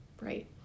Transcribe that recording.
Right